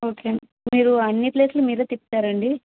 okay అండి మీరు అన్ని ప్లేస్లు మీరే తిప్పుతారండి